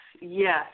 yes